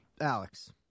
Alex